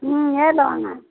ம் நேர்ல வாங்க